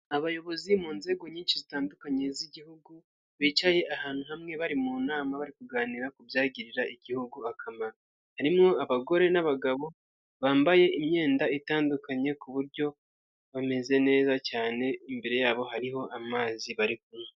Abayobozi mu nzego nyinshi zitandukanye z'igihugu, bicaye ahantu hamwe bari mu nama bari kuganira ku byagirira igihugu akamaro, harimo abagore n'abagabo bambaye imyenda itandukanye ku buryo bameze neza cyane, imbere yabo hariho amazi bari kunywa.